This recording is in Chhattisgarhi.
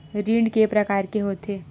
ऋण के प्रकार के होथे?